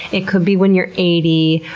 it could be when you're eighty.